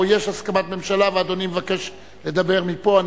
או יש הסכמת ממשלה ואדוני מבקש לדבר מפה,